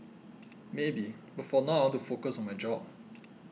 maybe but for now ought to focus on my job